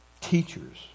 teachers